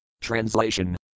Translation